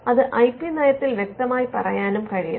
അത് I P നയത്തിൽ വ്യക്തമായി പറയാനും കഴിയണം